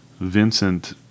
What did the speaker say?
Vincent